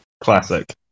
Classic